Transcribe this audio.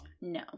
No